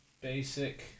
Basic